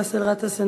חבר הכנסת באסל גטאס,